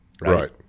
Right